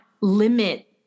limit